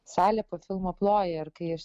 salė po filmo ploja ir kai aš